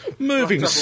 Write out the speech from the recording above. Moving